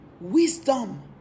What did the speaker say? wisdom